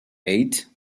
eight